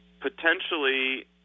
potentially